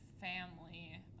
family